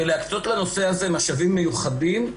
ולהקצות לנושא הזה משאבים מיוחדים,